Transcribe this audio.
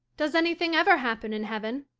does anything ever happen in heaven?